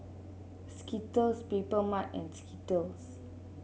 Skittles Papermarket and Skittles